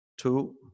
two